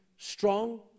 strong